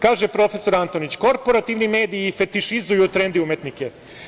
Kaže profesor Antonić - korporativni mediji fetišizuju trendi umetnike.